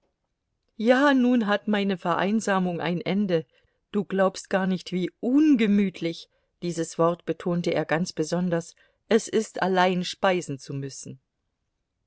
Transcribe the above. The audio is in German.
ja nun hat meine vereinsamung ein ende du glaubst gar nicht wie ungemütlich dieses wort betonte er ganz besonders es ist allein speisen zu müssen